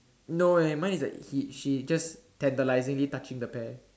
no eh mine is like he she just tantalizing he touching the pear